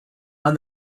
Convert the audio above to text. and